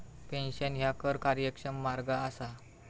pension ह्या कर कार्यक्षम मार्ग असा